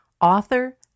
author